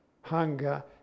hunger